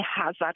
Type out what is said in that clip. hazard